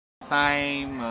time